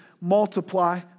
multiply